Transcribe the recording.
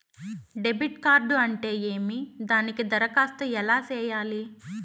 debit card అంటే ఏమి దానికి దరఖాస్తు ఎలా సేయాలి